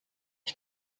ich